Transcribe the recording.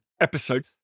episode